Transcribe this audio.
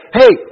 hey